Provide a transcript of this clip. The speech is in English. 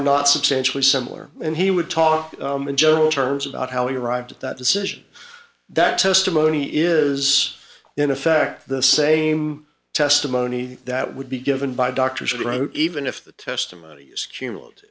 not substantially similar and he would talk in general terms about how he arrived at that decision that testimony is in effect the same testimony that would be given by doctors wrote even if the testimony is cumulative